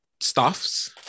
stuffs